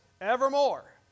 evermore